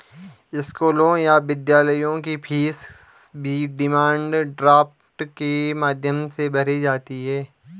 स्कूलों या विश्वविद्यालयों की फीस भी डिमांड ड्राफ्ट के माध्यम से भरी जाती है